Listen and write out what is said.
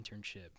internship